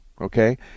okay